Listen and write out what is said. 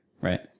right